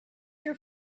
your